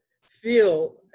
feel